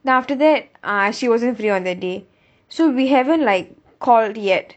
then after that uh she wasn't a free on the day so we haven't like called yet